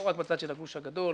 לא רק בצד של הגוש הגדול,